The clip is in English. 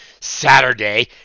Saturday